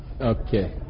Okay